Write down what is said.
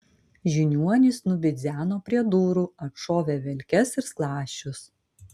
žiniuonis nubidzeno prie durų atšovė velkes ir skląsčius